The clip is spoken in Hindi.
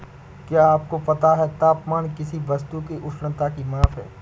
क्या आपको पता है तापमान किसी वस्तु की उष्णता की माप है?